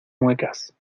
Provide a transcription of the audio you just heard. muecas